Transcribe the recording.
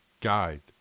guide